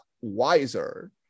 wiser